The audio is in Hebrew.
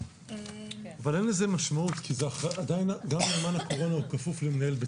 אבל אין לזה משמעות כי גם נאמן הקורונה כפוף למנהל.